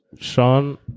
Sean